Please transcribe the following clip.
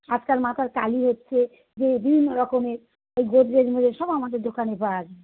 আজকাল মাথার কালি হচ্ছে যে বিভিন্ন রকমের ওই গোদরেজ ওই সব আমাদের দোকানেই পাওয়া যায়